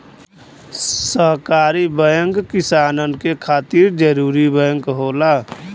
सहकारी बैंक किसानन के खातिर जरूरी बैंक होला